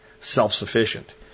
self-sufficient